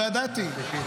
לא ידעתי.